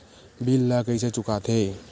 bill ला कइसे चुका थे